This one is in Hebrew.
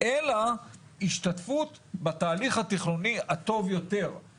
אלא השתתפות בתהליך התכנוני הטוב יותר.